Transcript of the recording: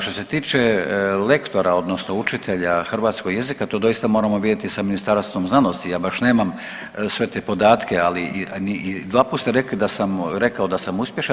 Što se tiče lektora odnosno učitelja hrvatskog jezika to doista moramo vidjeti sa Ministarstvom znanosti ja baš nemam sve te podatke, ali i dva put ste rekli da sam rekao da sam uspješan.